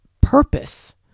purpose